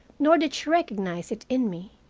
nor did she recognize it in me.